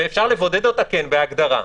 ואפשר לבודד אותה בהגדרה,